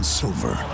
silver